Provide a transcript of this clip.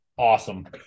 Awesome